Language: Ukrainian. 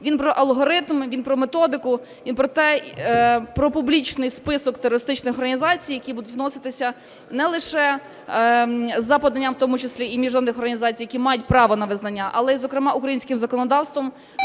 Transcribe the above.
він про алгоритм, він про методику, він про публічний список терористичних організацій, які будуть вноситися не лише за поданням, в тому числі, і міжнародних організацій, які мають право на визнання, але і, зокрема, українським законодавством